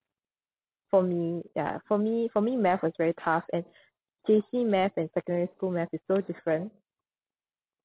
for me ya for me for me math was very tough and J_C math and secondary school math is so different